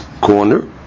corner